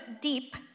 deep